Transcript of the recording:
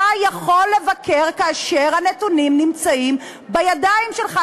אתה יכול לבקר כאשר הנתונים נמצאים בידיים שלך.